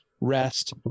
rest